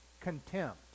contempt